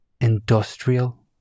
industrial